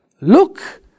look